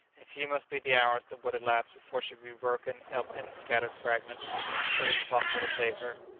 and few must be the hours that would elapse before she would be broken up in scattered fragments it was impossible to save her.